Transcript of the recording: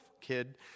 Kid